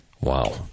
Wow